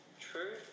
True